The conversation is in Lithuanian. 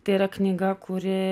tai yra knyga kuri